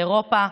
באירופה,